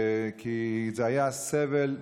כי זה היה סבל,